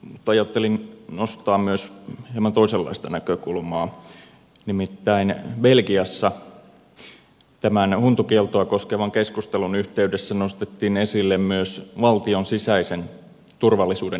nyt ajattelin nostaa myös hieman toisenlaista näkökulmaa nimittäin belgiassa tämän huntukieltoa koskevan keskustelun yhteydessä nostettiin esille myös valtion sisäisen turvallisuuden näkökulma